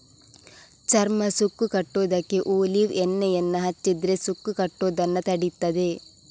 ಚರ್ಮ ಸುಕ್ಕು ಕಟ್ಟುದಕ್ಕೆ ಒಲೀವ್ ಎಣ್ಣೆಯನ್ನ ಹಚ್ಚಿದ್ರೆ ಸುಕ್ಕು ಕಟ್ಟುದನ್ನ ತಡೀತದೆ